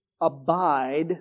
abide